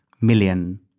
million